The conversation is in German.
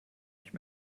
nicht